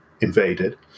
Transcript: invaded